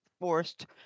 forced